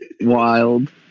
Wild